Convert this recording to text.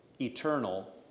eternal